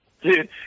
Dude